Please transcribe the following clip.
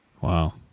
Wow